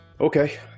Okay